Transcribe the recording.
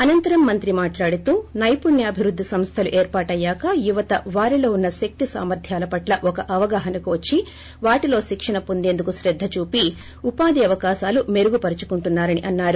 అనంతరం మంత్రి మాట్లాడుతూ సైపుణ్యభివృద్ది సంస్థలు ఏర్పాటయ్యాక యువత వారిలో ఉన్న శక్తి సామార్ద్వాల పట్ల ఒక అవగాహనకొచ్చి దానిలో శిక్షణ పొందేందుకు శ్రద్ద చూపి ఉపాధి అవకాశాలు మెరుగు పరుచుకుంటున్నారని అన్నారు